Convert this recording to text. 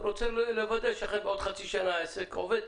הוא רוצה לוודא שאכן בעוד חצי שנה העסק עובד.